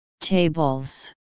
tables